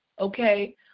okay